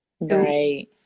right